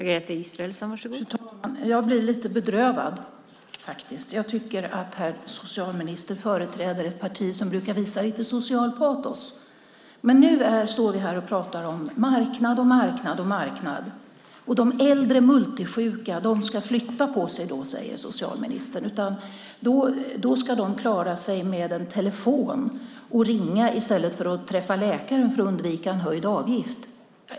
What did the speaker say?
Fru talman! Jag blir lite bedrövad. Jag tycker att herr socialministern företräder ett parti som brukar visa lite social patos. Men nu står vi här och pratar om marknad, marknad och marknad. De äldre multisjuka ska flytta på sig, säger socialministern. De ska klara sig med en telefon och ringa i stället för att träffa läkaren för att undvika en höjd avgift.